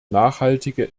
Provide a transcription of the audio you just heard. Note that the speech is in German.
nachhaltige